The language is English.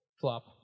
flop